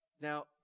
Now